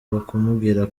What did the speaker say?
bakamubwira